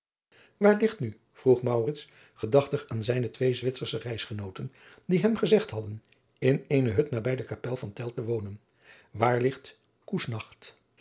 waar ligt nu vroeg maurits gedachtig aan zijne twee zwitsersche reisgenooten die hem gezegd hadden in eene hut nabij de kapel van tell te wonen waar ligt